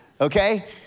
Okay